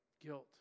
Guilt